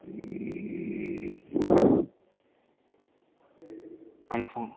അൽഫാം